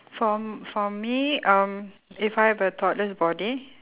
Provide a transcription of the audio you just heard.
for for me um if I have a toddler's body